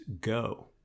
Go